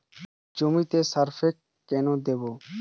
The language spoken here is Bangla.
জমিতে সালফেক্স কেন দেবো?